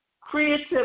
creativity